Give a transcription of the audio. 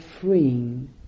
freeing